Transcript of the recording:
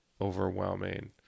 overwhelming